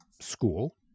school